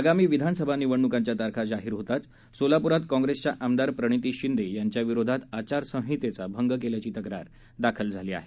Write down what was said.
अगामी विधानसभा निवडणुकांच्या तारखा जाहीर होताच सोलापूरात काँग्रेसच्या आमदार प्रणिती शिंदे यांच्याविरुद्ध आचारसंहितेचा भंग केल्याची तक्रार दाखल झाली आहे